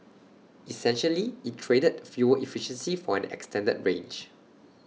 essentially IT traded fuel efficiency for an extended range